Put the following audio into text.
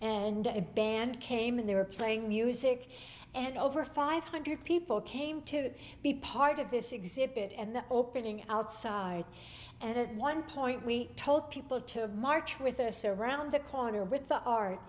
the band came in they were playing music and over five hundred people came to be part of this exhibit and the opening outside and at one point we told people to march with us around the corner without art